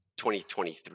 2023